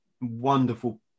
wonderful